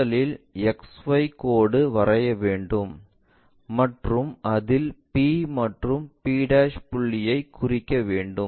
முதலில் XY கோடு வரைய வேண்டும் மற்றும் அதில் P மற்றும் p புள்ளிகளை குறிக்க வேண்டும்